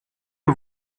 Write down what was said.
que